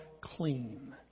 clean